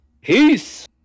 peace